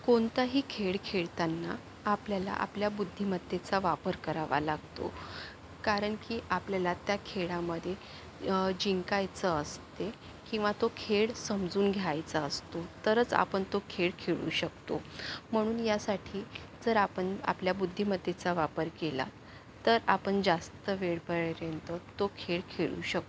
कोणताही खेळ खेळतांना आपल्याला आपल्या बुद्धिमत्तेचा वापर करावा लागतो कारण की आपल्याला त्या खेळामध्ये जिंकायचं असते किंवा तो खेळ समजून घ्यायचा असतो तरच आपण तो खेळ खेळू शकतो म्हणून यासाठी जर आपण आपल्या बुद्धिमत्तेचा वापर केला तर आपण जास्त वेळपर्यंत तो खेळ खेळू शकतो